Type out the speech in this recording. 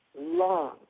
long